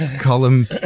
column